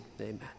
Amen